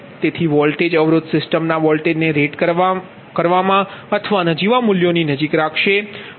તેથી વોલ્ટેજ અવરોધ સિસ્ટમના વોલ્ટેજને રેટ કરેલા અથવા નજીવા મૂલ્યોની નજીક રાખશે